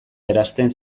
eransten